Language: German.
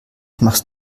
machst